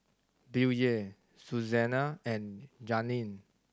Billye Suzanna and Janeen